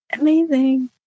Amazing